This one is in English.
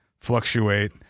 fluctuate